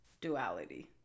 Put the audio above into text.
duality